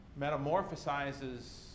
metamorphosizes